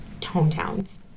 hometowns